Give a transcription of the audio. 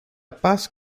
paz